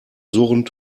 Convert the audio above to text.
surrend